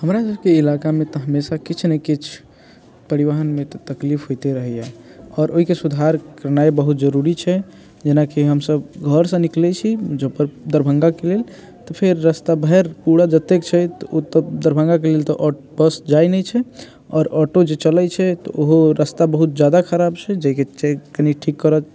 हमरासभके इलाकामे तऽ हमेशा किछु ने किछु परिवहनमे तऽ तकलीफ होइते रहैए आओर ओहिके सुधार कयनाइ बहुत जरूरी छै जेना कि हमसभ घरसँ निकलै छी मुजफ्फ दरभंगाके लेल तऽ फेर रस्ता भरिमे जत्तेक छै तऽ ओतय दरभंगाके लेल तऽ बस जाइत नहि छै आओर ऑटो जे चलैत छै तऽ ओहो रस्ता बहुत ज्यादा खराब छै जाहिके चाही कनि ठीक करय